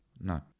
No